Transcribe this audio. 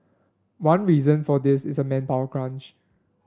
one reason for this is a manpower crunch